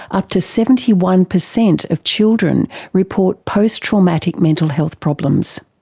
up to seventy one percent of children report post traumatic mental health problems.